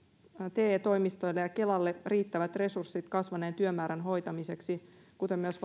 te toimistoille ja kelalle riittävät resurssit kasvaneen työmäärän hoitamiseksi kuten myös